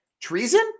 Treason